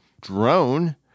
drone